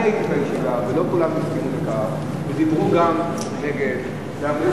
אני הייתי בישיבה ולא כולם הסכימו אתך ודיברו גם נגד ואמרו